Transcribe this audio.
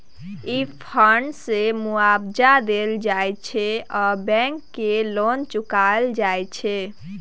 ई fund सँ मुआबजा देल जाइ छै आ बैंक केर लोन चुकाएल जाइत छै